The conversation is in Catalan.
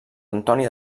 antoni